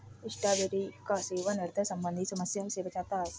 strawberry का सेवन ह्रदय संबंधी समस्या से बचाता है